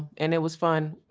and it was fun.